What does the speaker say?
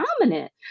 dominant